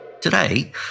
Today